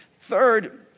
Third